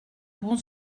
bon